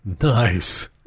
Nice